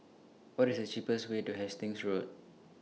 What IS The cheapest Way to Hastings Road